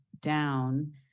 down